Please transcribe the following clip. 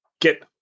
get